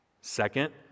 Second